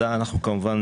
אנחנו כמובן